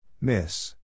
Miss